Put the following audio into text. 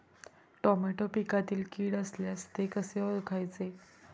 Tomato पिकातील कीड असल्यास ते कसे ओळखायचे?